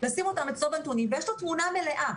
לשים אותם אצלו בנתונים ויש לו תמונה מלאה.